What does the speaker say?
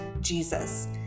Jesus